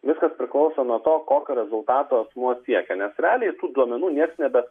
viskas priklauso nuo to kokio rezultato asmuo siekia nes realiai tų duomenų niekas nebe